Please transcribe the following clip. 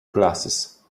glasses